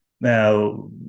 Now